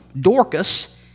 Dorcas